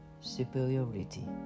superiority